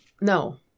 no